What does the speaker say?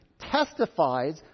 testifies